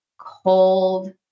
cold